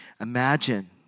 Imagine